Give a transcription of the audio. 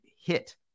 hit